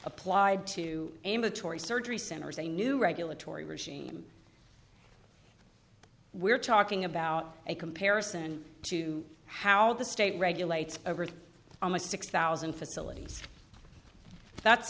applied to amatory surgery centers a new regulatory regime we're talking about a comparison to how the state regulates over almost six thousand facilities that